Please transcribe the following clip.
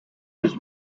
his